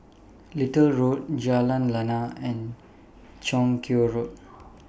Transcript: Little Road Jalan Lana and Chong Kuo Road